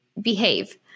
behave